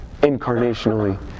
incarnationally